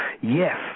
Yes